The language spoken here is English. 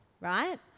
right